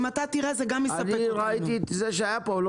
אם אתה תראה זה גם